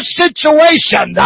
situation